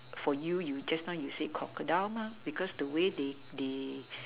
for you you just now you say crocodile because the way they they